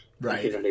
Right